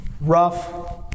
rough